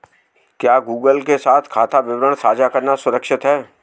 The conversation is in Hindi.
क्या गूगल के साथ खाता विवरण साझा करना सुरक्षित है?